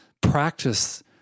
practice